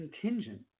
contingent